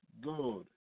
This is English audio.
good